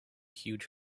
huge